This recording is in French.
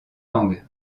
langue